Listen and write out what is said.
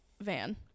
van